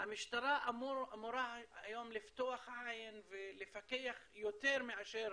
המשטרה אמורה היום לפקוח עין ולפקח יותר מאשר